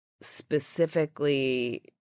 specifically